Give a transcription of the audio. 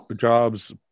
jobs